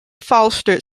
fostered